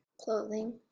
Clothing